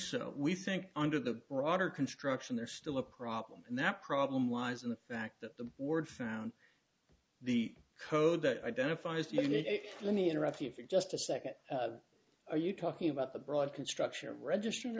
so we think under the broader construction there's still a problem and that problem lies in the fact that the board found the code that identifies you need let me interrupt you for just a second are you talking about the broad construction of registering